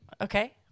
Okay